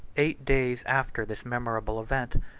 eight days after this memorable event,